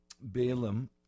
Balaam